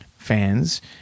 Fans